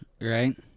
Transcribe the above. right